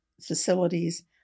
facilities